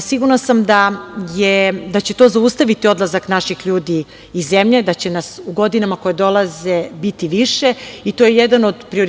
Sigurna sam da će to zaustaviti odlazak naših ljudi iz zemlje, da će nas u godinama koje dolaze biti više i to je jedan o prioriteta